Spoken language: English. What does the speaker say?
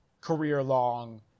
career-long